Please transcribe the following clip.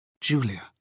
Julia